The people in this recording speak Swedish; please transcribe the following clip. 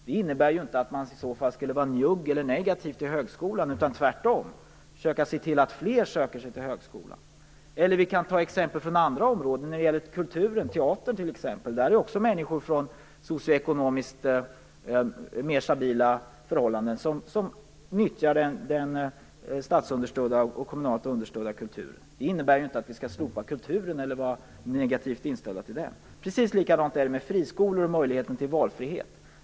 Det innebär inte att man då skulle vara njugg eller negativ till högskolan. Tvärtom skulle man försöka se till att fler söker sig till högskolan. Vi kan ta exempel från andra områden, som kulturen och teatern. Det är människor från socioekonomiskt mer stabila förhållanden som nyttjar den statsunderstödda och kommunalt understödda kulturen. Det innebär inte att vi skall slopa kulturen eller vara negativt inställda till den. Det är precis likadant med friskolor och möjligheten till valfrihet.